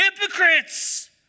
hypocrites